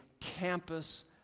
campus